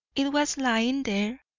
it was lying there